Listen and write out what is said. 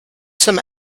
some